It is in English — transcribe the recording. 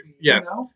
yes